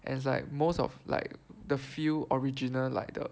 and it's like most of like the few original like the